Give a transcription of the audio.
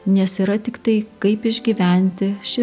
nes yra tiktai kaip išgyventi šį